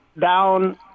down